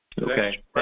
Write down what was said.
okay